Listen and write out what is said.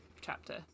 chapter